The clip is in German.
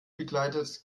begleitet